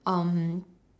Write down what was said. um